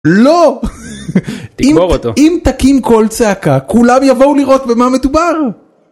לא אם תקים קול צעקה כולם יבואו לראות במה מדובר.